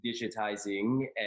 digitizing